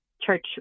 church